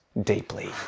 deeply